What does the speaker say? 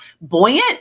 buoyant